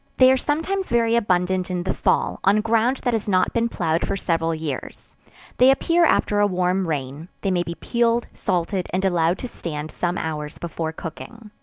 they are sometimes very abundant in the fall, on ground that has not been ploughed for several years they appear after a warm rain they may be peeled, salted, and allowed to stand some hours before cooking.